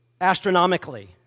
astronomically